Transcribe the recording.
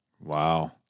wow